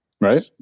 Right